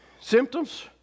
Symptoms